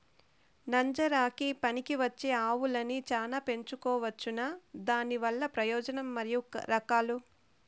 నంజరకి పనికివచ్చే ఆవులని చానా పెంచుకోవచ్చునా? దానివల్ల ప్రయోజనం మరియు రకాలు?